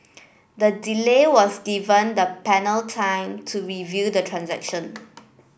the delay was given the panel time to review the transaction